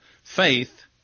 faith